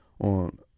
on